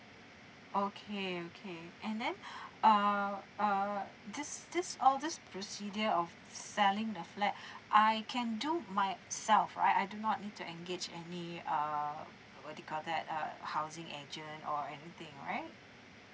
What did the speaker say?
okay okay and then err uh these these all these procedures of selling the flat I can do myself right I do not need to engage any err what you call that uh housing agent or anything right